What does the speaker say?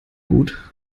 gut